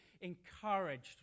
encouraged